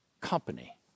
company